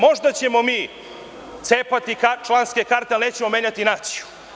Možda ćemo mi cepati članske karte, ali nećemo menjati naciju.